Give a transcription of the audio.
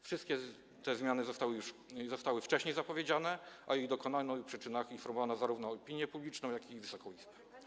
Wszystkie te zmiany zostały wcześniej zapowiedziane, a o ich dokonaniu i przyczynach informowano zarówno opinię publiczną, jak i Wysoką Izbę.